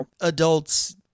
adults